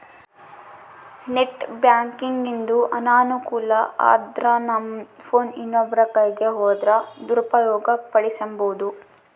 net ಬ್ಯಾಂಕಿಂಗಿಂದು ಅನಾನುಕೂಲ ಅಂದ್ರನಮ್ ಫೋನ್ ಇನ್ನೊಬ್ರ ಕೈಯಿಗ್ ಹೋದ್ರ ದುರುಪಯೋಗ ಪಡಿಸೆಂಬೋದು